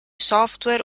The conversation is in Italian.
software